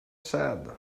sad